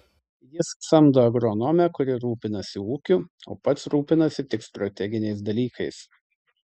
jis samdo agronomę kuri rūpinasi ūkiu o pats rūpinasi tik strateginiais dalykais